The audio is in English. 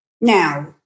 Now